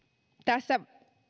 tässä